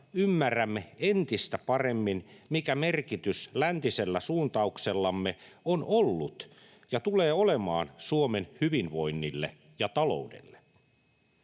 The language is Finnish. ymmärrämme entistä paremmin, mikä merkitys läntisellä suuntauksellamme on ollut ja tulee olemaan Suomen hyvinvoinnille ja taloudelle.